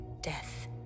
death